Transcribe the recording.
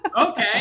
okay